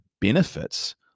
benefits